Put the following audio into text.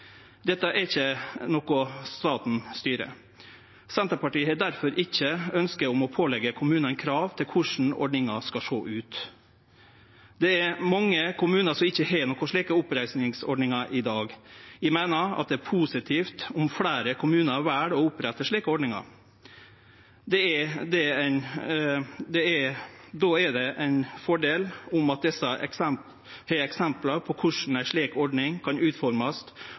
Dette er ikkje noko staten styrer. Senterpartiet har difor ikkje eit ønske om å påleggje kommunane krav til korleis ordninga skal sjå ut. Det er mange kommunar som ikkje har slike oppreisingsordningar i dag. Eg meiner at det er positivt om fleire kommunar vel å opprette slike ordningar. Då er det ein fordel om ein har eksempel på korleis ei slik ordning kan utformast